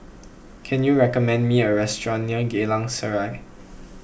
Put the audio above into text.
can you recommend me a restaurant near Geylang Serai